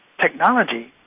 Technology